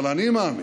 אבל אני מאמין,